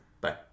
Bye